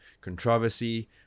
controversy